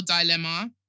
dilemma